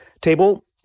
table